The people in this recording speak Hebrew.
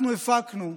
אנחנו הפקנו,